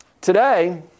Today